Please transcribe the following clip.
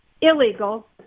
illegal